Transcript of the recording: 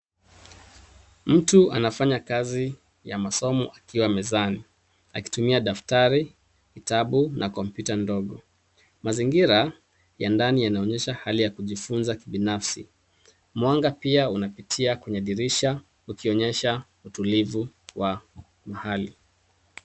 Mtu anafanya kazi ya masomo akiwa mezani akitumia daftari, vitabu na kompyuta ndogo. Mazingira ya ndani yanaonyesha hali ya kujifunza binafsi. Mwanga pia unapitia kwenye dirisha ukionyesha utulivu wa mahali.